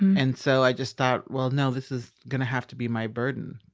and so i just thought, well, no, this is gonna have to be my burden